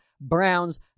Browns